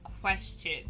question